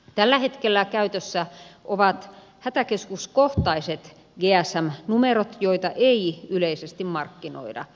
tällä hetkellä käytössä ovat hätäkeskuskohtaiset gsm numerot joita ei yleisesti markkinoida